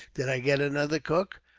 did i get another cook,